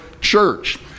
church